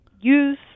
use